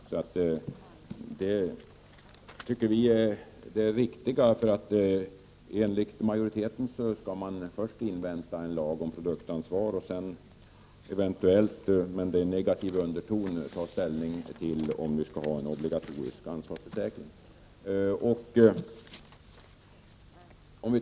Vi anser detta vara det riktiga. Enligt majoriteten skall man först invänta en lag om produktansvar och sedan eventuellt — här kommer negativa undertoner fram — ta ställning till om vi skall ha en obligatorisk ansvarsförsäkring.